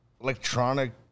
electronic